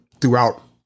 throughout